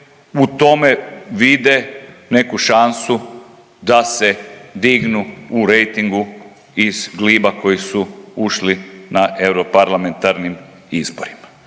u tome vide neku šansu da se dignu u rejtingu iz gliba u koji su ušli na europarlamentarnim izborima.